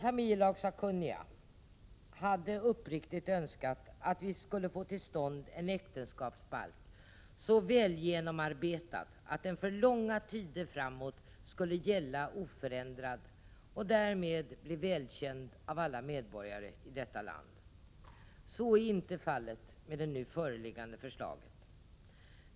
Familjelagssakkunniga hade uppriktigt önskat att vi skulle få till stånd en äktenskapsbalk så väl genomarbetad att den för långa tider framåt skulle gälla oförändrad och därmed bli välkänd för alla medborgare i detta land. Så är inte fallet med det nu föreliggande förslaget.